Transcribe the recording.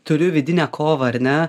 turiu vidinę kovą ar ne